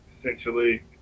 Essentially